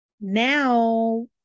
Now